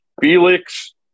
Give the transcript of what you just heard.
Felix